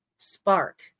Spark